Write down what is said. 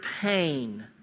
pain